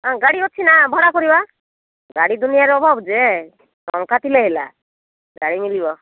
ଗାଡ଼ି ଅଛିନା ଭଡ଼ା କରିବା ଗାଡ଼ି ଦୁନିଆରେ ଅଭାବ ଯେ ଟଙ୍କା ଥିଲେ ହେଲା ଗାଡ଼ି ମିଳିବ